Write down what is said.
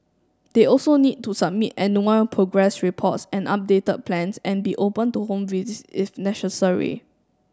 they also need to submit annual progress reports and updated plans and be open to home visits if necessary